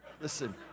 Listen